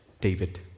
David